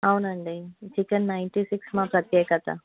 అవునండి chicken ninety six మా ప్రత్యేకత